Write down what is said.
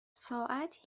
ساعت